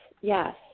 yes